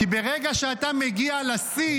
כי ברגע שאתה מגיע לשיא,